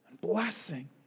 Blessing